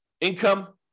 Income